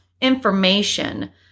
information